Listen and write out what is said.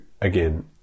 again